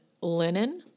linen